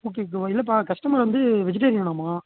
okay ஓகேப்பா இல்லைப்பா customer வந்து வெஜிடேரியனாமா